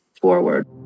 forward